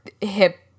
hip